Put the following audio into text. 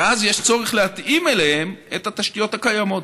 ואז יש צורך להתאים אליהן את התשתיות הקיימות.